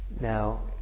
Now